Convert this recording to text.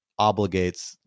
obligates